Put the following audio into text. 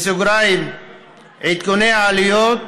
עדכוני העלויות